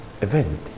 event